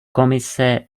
komise